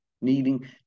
needing